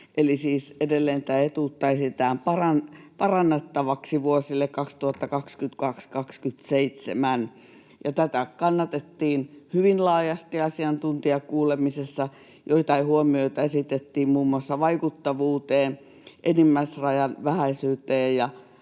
edelleen tätä etuutta esitetään parannettavaksi vuosille 2022—27. Tätä kannatettiin hyvin laajasti asiantuntijakuulemisessa. Joitain huomioita esitettiin muun muassa vaikuttavuuteen, enimmäisrajan vähäisyyteen